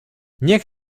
niech